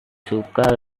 suka